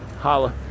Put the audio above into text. holla